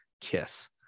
kiss